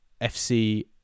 FC